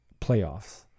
playoffs